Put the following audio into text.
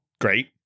great